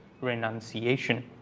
renunciation